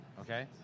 Okay